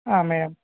ಹಾಂ ಮೇಡಮ್